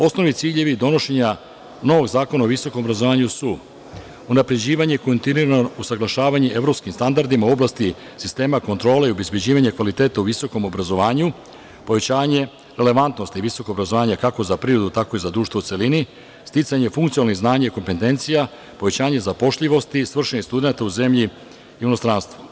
Osnovni ciljevi donošenja novog zakona o visokom obrazovanju su unapređivanje, kontinuirano usaglašavanje evropskim standardima u oblasti sistema kontrole i obezbeđivanje kvaliteta u visokom obrazovanju, povećavanje relevantnosti visokog obrazovanja kako za privredu, tako i za društvo u celini, sticanje funkcionalnih znanja i kompetencija, povećanje zapošljivosti svršenih studenata u zemlji i inostranstvu.